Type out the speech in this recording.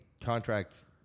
contracts